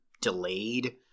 delayed